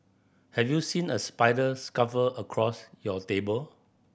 have you seen a spider across your table